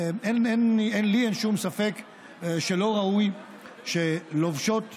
לי אין לי שום ספק שלא ראוי שלובשות מדים,